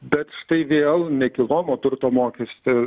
bet štai vėl nekilnojamo turto mokesty